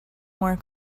more